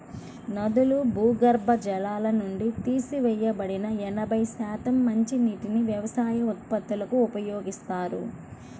నదులు, భూగర్భ జలాల నుండి తీసివేయబడిన ఎనభై శాతం మంచినీటిని వ్యవసాయ ఉత్పత్తులకు ఉపయోగిస్తారు